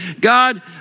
God